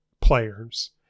players